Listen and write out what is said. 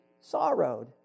sorrowed